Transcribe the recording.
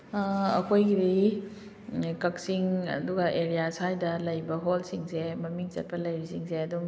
ꯑꯩꯈꯣꯏꯒꯤꯗꯤ ꯀꯛꯆꯤꯡ ꯑꯗꯨꯒ ꯑꯦꯔꯤꯌꯥ ꯁ꯭ꯋꯥꯏꯗ ꯂꯩꯕ ꯍꯣꯜꯁꯤꯡꯁꯦ ꯃꯃꯤꯡ ꯆꯠꯄ ꯂꯩꯔꯤꯁꯤꯡꯁꯦ ꯑꯗꯨꯝ